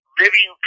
living